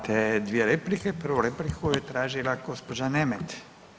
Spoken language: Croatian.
Imate dvije replike, prvu repliku je tražila gospođa Nemet.